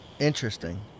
Interesting